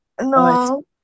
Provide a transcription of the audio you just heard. No